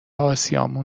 آسیامون